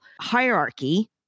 hierarchy